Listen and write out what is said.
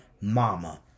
mama